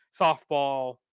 softball